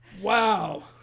Wow